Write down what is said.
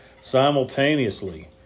Simultaneously